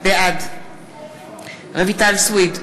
בעד רויטל סויד,